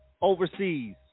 overseas